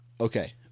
Okay